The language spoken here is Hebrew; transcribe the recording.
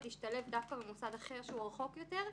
ישתלב דווקא במוסד אחר שהוא רחוק יותר,